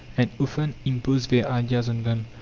and often imposed their ideas on them.